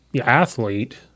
athlete